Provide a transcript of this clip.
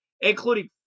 including